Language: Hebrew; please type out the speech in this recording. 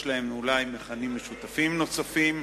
ויש להן אולי מכנים משותפים נוספים.